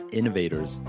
innovators